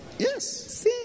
Yes